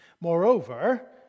Moreover